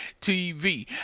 TV